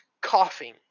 coughing